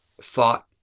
thought